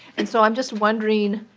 and so i'm just wondering